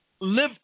live